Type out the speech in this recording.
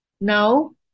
no